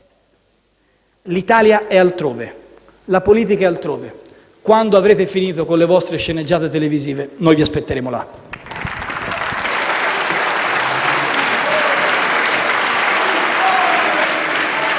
L'Italia è altrove, la politica è altrove; quando avrete finito con le vostre sceneggiate televisive, noi vi aspetteremo là.